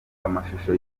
amashusho